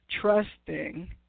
trusting